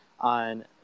on